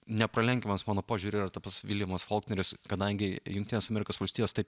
nepralenkiamas mano požiūriu yra tas pats viljamas folkneris kadangi jungtinės amerikos valstijos taip